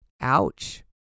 Ouch